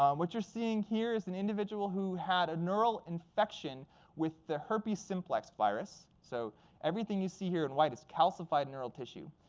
um what you're seeing here is an individual who had a neural infection with the herpes simplex virus. so everything you see here in white is calcified neural tissue.